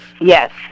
Yes